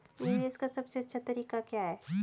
निवेश का सबसे अच्छा तरीका क्या है?